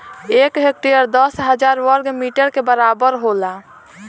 एक हेक्टेयर दस हजार वर्ग मीटर के बराबर होला